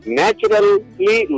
naturally